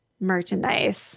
merchandise